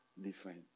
different